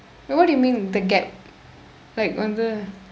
wait what do you mean the gap like வந்து:vandthu